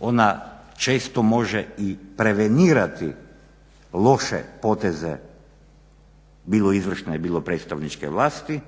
Ona često može i prevenirati loše poteze bilo izvršne bilo predstavničke vlasti